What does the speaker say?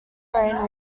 rain